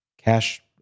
cash